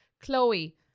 chloe